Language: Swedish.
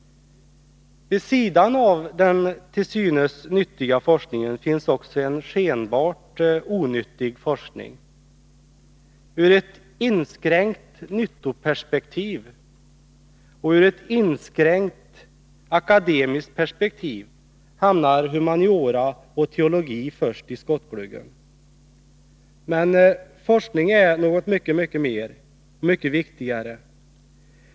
Vid sidan av den till synes nyttiga forskningen finns också en skenbart onyttig forskning. Ur ett inskränkt nyttoperspektiv och ur ett inskränkt akademiskt perspektiv hamnar humaniora och teologi först i skottgluggen, men forskning är något mycket mer och mycket viktigare.